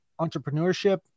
entrepreneurship